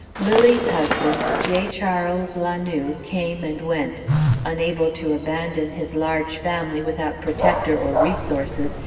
lilly's husband, j. charles la noue, came and went unable to abandon his large family without protector or resources,